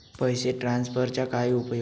पैसे ट्रान्सफरचा काय उपयोग?